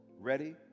ready